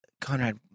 Conrad